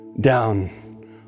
down